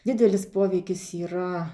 didelis poveikis yra